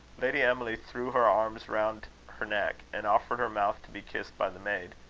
lady emily threw her arms round her neck, and offered her mouth to be kissed by the maid.